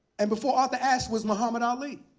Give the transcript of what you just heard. and before arthur ashe was mohamed ali.